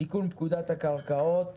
תיקון פקודת הקרקעות.